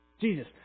Jesus